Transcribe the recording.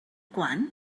quan